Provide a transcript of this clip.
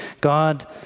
God